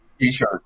T-shirt